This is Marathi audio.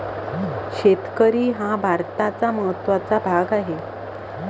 शेतकरी हा भारताचा महत्त्वाचा भाग आहे